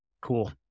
Cool